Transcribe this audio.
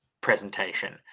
presentation